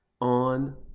on